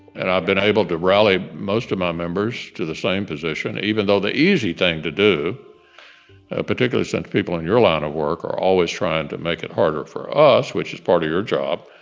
and i've been able to rally most of my members to the same position, even though the easy thing to do a particular set of people in your line of work are always trying to make it harder for us, which is part of your job,